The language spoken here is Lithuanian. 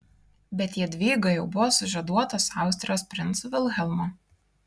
bet jadvyga jau buvo sužieduota su austrijos princu vilhelmu